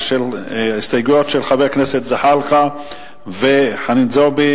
ההסתייגויות של חבר הכנסת זחאלקה וחנין זועבי,